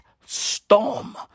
storm